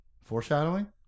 Foreshadowing